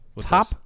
Top